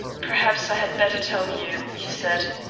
perhaps i had better tell you, he said,